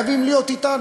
שחייבים להיות אתנו,